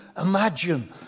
imagine